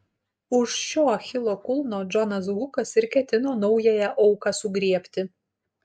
už šio achilo kulno džonas hukas ir ketino naująją auką sugriebti